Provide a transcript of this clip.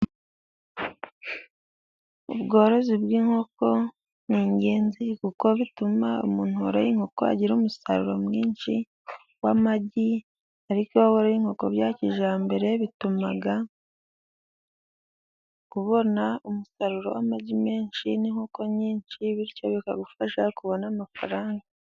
Ubworozi bw'inkoko ni ingenzi kuko bituma umuntu woroye inkoko agira umusaruro mwinshi w'amagi, ariko iyo woroye inkoko bya kijyambere bituma ubona umusaruro w'amagi menshi n'inkoko nyinshi bityo bikagufasha kubona amafaranga.